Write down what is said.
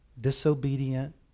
disobedient